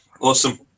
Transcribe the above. Awesome